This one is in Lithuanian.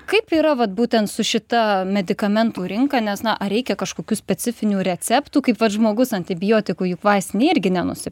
kaip yra vat būtent su šita medikamentų rinka nes na ar reikia kažkokių specifinių receptų kaip vat žmogus antibiotikų juk vaistinėj irgi nenusi